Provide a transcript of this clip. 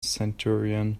centurion